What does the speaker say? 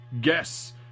Guess